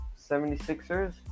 76ers